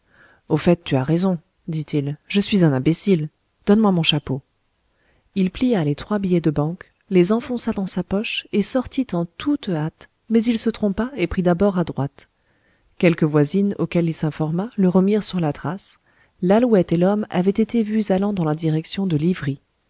au fait tu as raison dit-il je suis un imbécile donne-moi mon chapeau il plia les trois billets de banque les enfonça dans sa poche et sortit en toute hâte mais il se trompa et prit d'abord à droite quelques voisines auxquelles il s'informa le remirent sur la trace l'alouette et l'homme avaient été vus allant dans la direction de livry